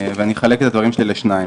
ואני אחלק את הדברים שלי לשניים.